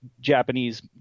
Japanese